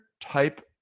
type